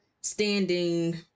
standing